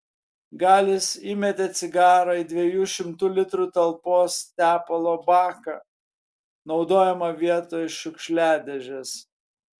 galis įmetė cigarą į dviejų šimtų litrų talpos tepalo baką naudojamą vietoj šiukšliadėžės